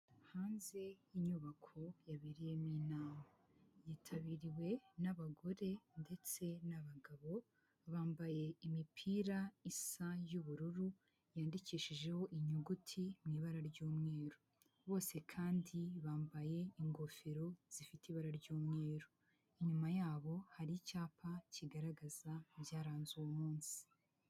Hanze y'inyubako yabereyemo inama yitabiriwe n'abagore ndetse n'abagabo, bambaye imipira isa y'ubururu yandikishijeho inyuguti mu ibara ry'umweru, bose kandi bambaye ingofero zifite ibara ry'umweru, inyuma yabo hari icyapa kigaragaza ibyaranze uwo munsi.